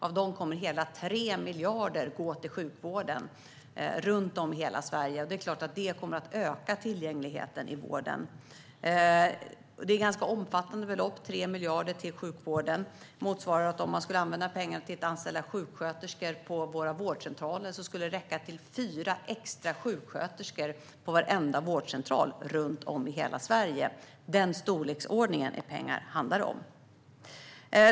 Av dem kommer hela 3 miljarder att gå till sjukvården i hela Sverige. Det är klart att detta kommer att öka tillgängligheten i vården. Det är ganska omfattande belopp - 3 miljarder till sjukvården. Om man skulle använda pengarna till att anställa sjuksköterskor på våra vårdcentraler skulle det räcka till fyra extra sjuksköterskor på varenda vårdcentral runt om i hela Sverige. Det är denna storleksordning av pengar det handlar om.